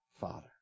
Father